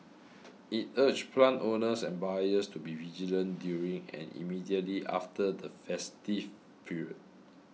it urged plant owners and buyers to be vigilant during and immediately after the festive period